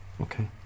Okay